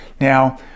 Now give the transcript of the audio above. Now